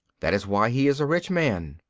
that is why he is a rich man.